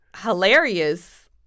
hilarious